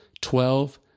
Twelve